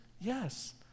Yes